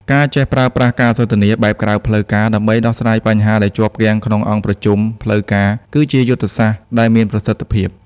ការចេះប្រើប្រាស់ "ការសន្ទនាបែបក្រៅផ្លូវការ" ដើម្បីដោះស្រាយបញ្ហាដែលជាប់គាំងក្នុងអង្គប្រជុំផ្លូវការ គឺជាយុទ្ធសាស្ត្រ ដែលមានប្រសិទ្ធភាព។